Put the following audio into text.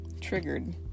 triggered